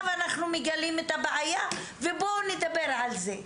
אנחנו מגלים את הבעיה ו"בואו נדבר על זה".